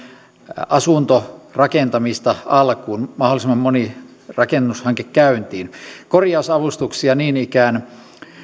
asuntorakentamista alkuun mahdollisimman moni rakennushanke käyntiin korjausavustuksia niin ikään